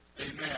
Amen